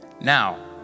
Now